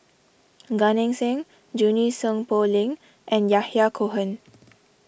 Gan Eng Seng Junie Sng Poh Leng and Yahya Cohen